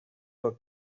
for